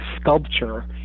sculpture